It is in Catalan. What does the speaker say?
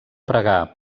pregar